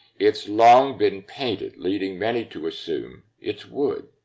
it's long been painted, leading many to assume it's wood.